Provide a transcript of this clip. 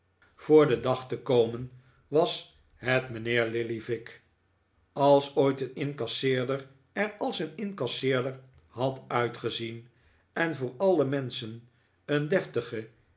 veranderd den dag te komen was het mijnheer lilly vick als ooit een incasseerder er als een incasseerder had uitgezien en voojr alle menschen een deftigen